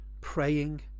praying